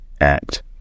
act